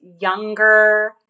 younger